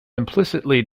implicitly